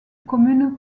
commune